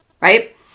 Right